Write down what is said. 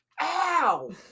Ow